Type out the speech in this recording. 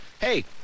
hey